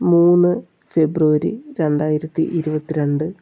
മൂന്ന് ഫെബ്രുവരി രണ്ടായിരത്തി ഇരുപത്തി രണ്ട്